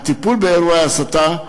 הטיפול באירועי ההסתה הוא